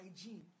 hygiene